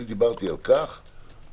אני לא חושב למי שמקים חברה,